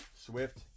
Swift